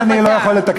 את זה אני לא יכול לתקן.